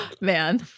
Man